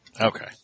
Okay